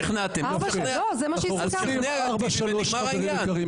אותנו שכנעתם, תשכנע את אחמד טיבי ונגמר העניין.